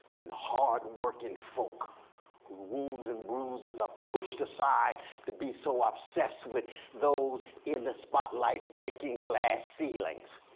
and the hard-working folk whose wounds and bruises are pushed aside to be so obsessed with those in the spotlight breaking glass ceilings.